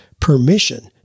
permission